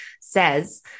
says